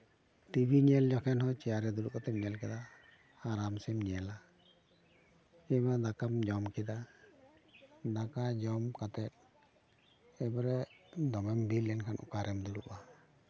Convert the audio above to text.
TV ᱧᱮᱞ ᱡᱚᱠᱷᱚᱱ ᱦᱚᱸ ᱪᱮᱭᱟᱨ ᱨᱮ ᱫᱩᱲᱩᱵ ᱠᱟᱛᱮᱢ ᱧᱮᱞ ᱠᱮᱫᱟ ᱟᱨᱟᱢᱥᱮᱢ ᱧᱮᱞᱟ ᱠᱤᱢᱵᱟ ᱫᱟᱠᱟᱢ ᱡᱚᱢ ᱠᱮᱫᱟ ᱫᱟᱠᱟ ᱡᱚᱢ ᱠᱟᱛᱮᱫ ᱮᱵᱟᱨᱮ ᱫᱚᱢᱮᱢ ᱵᱤ ᱞᱮᱱᱠᱷᱟᱱ ᱚᱠᱟᱨᱮᱢ ᱫᱩᱲᱩᱵᱟ